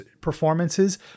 performances